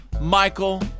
Michael